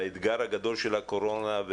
האתגר הגדול של הקורונה,